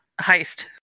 Heist